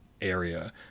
area